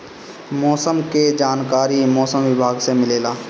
मौसम के जानकारी मौसम विभाग से मिलेला?